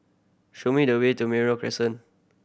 show me the way to Merino Crescent